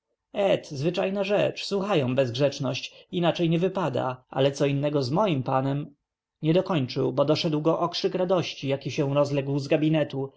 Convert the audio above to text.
zwyczajna rzecz słuchają bez grzeczność inaczej nie wypada ale co innego z moim panem nie dokończył bo doszedł go okrzyk radości jaki się rozległ z gabinetu